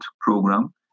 program